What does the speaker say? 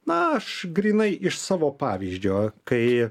na aš grynai iš savo pavyzdžio kai